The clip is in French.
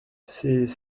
c’est